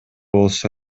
болсо